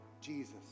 Jesus